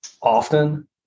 often